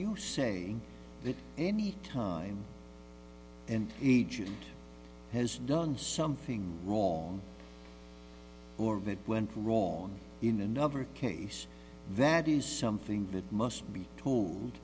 you saying that any time in egypt has done something wrong or that went wrong in another case that is something that must be to